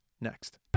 next